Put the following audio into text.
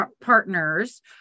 partners